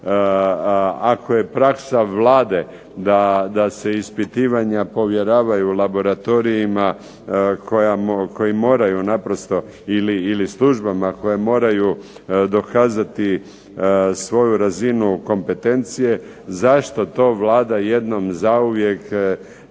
ako je praksa Vlade da se ispitivanju povjeravaju laboratorijima koji moraju naprosto ili službama koje moraju dokazati svoju razinu kompetencije zašto to Vlada jednom zauvijek